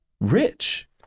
Rich